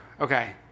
Okay